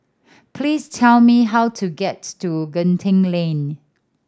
please tell me how to gets to Genting Lane